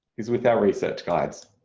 is with our research guides.